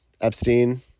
Epstein